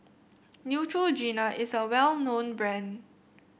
Neutrogena is a well known brand